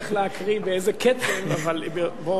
איך להקריא, באיזה קצב, אבל זה לא עוזר לך להתקדם.